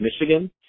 Michigan